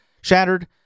shattered